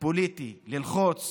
פוליטי ללחוץ